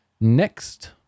next